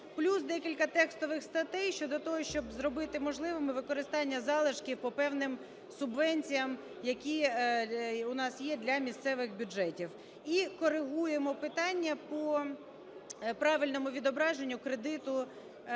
Плюс декілька текстових статей щодо того, щоб зробити можливими використання залишків по певним субвенціям, які у нас є для місцевих бюджетів. І коригуємо питання по правильному відображенню кредиту між